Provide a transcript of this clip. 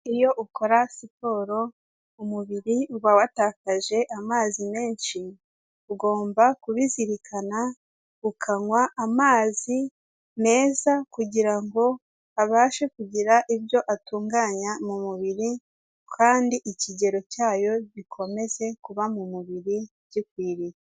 Iyo ukora siporo, umubiri uba watakaje amazi menshi, ugomba kubizirikana, ukanywa amazi meza kugira ngo abashe kugira ibyo atunganya mu mubiri, kandi ikigero cyayo gikomeze kuba mu mubiri gikwiriye.